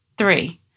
Three